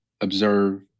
observe